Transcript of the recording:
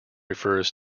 refers